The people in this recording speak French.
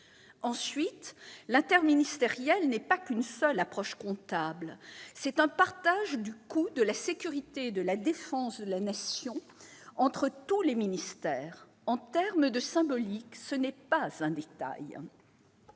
Ensuite, l'interministériel n'est pas uniquement une question comptable : c'est aussi un partage du coût de la sécurité et de la défense de la Nation entre tous les ministères. En termes symboliques, ce n'est pas un détail.